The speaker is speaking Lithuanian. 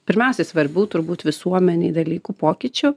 pirmiausiai svarbu turbūt visuomenei dalykų pokyčių